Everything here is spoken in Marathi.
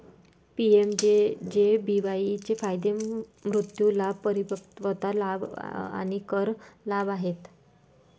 पी.एम.जे.जे.बी.वाई चे फायदे मृत्यू लाभ, परिपक्वता लाभ आणि कर लाभ आहेत